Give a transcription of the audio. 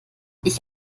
ich